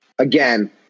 Again